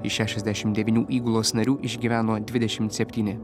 iš šešiasdešim devynių įgulos narių išgyveno dvidešim septyni